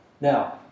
Now